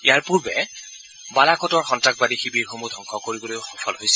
ইয়াৰ পূৰ্বে বালাকূটৰ সন্নাসবাদী শিৱিৰসমূহ ধবংস কৰিবলৈও সফল হৈছিল